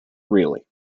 really